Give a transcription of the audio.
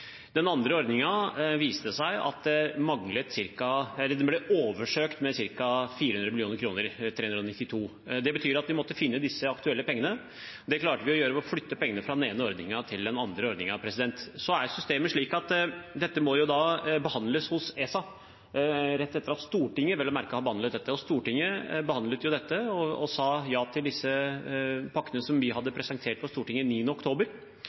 andre ordningen ble økt med 392 mill. kr. Det betyr at vi måtte finne disse aktuelle pengene. Det klarte vi å gjøre ved å flytte pengene fra den ene ordningen til den andre ordningen. Systemet er slik at dette må behandles hos ESA, rett etter at Stortinget har behandlet det, vel å merke. Stortinget behandlet jo dette og sa ja til disse pakkene som vi hadde presentert for Stortinget, 9. oktober.